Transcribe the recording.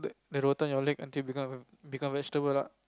the your leg until become become vegetable lah